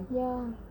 ya